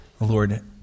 Lord